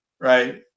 right